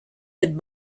good